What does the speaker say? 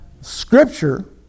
scripture